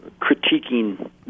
critiquing